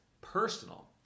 personal